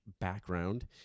background